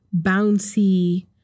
bouncy